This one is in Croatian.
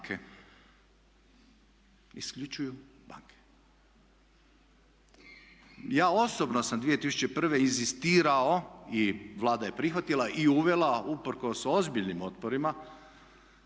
Isključuju banke. Ja osobno sam 2001. inzistirao i Vlada je prihvatila i uvela usprkos ozbiljnim otporima